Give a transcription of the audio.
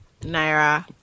naira